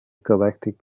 galactic